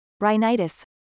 rhinitis